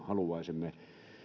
haluaisimme